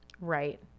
Right